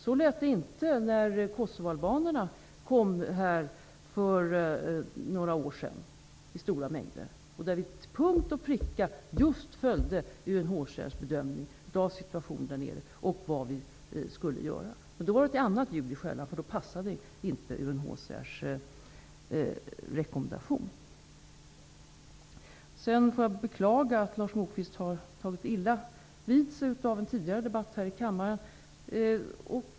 Så lät det inte när kosovoalbanerna kom för några år sedan i stora mängder. Där följde vi till punkt och pricka UNHCR:s bedömning av situationen där nere och av vad vi skulle göra. Då var det ett annat ljud i skällan. Då passade inte UNHCR:s rekommendationer. Låt mig sedan beklaga att Lars Moquist har tagit illa vid sig av en tidigare debatt här i kammaren.